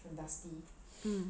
mm